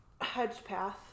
Hedgepath